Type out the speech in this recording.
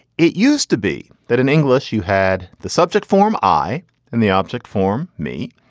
it used to be that in english you had the subject form i and the object form me.